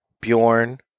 Bjorn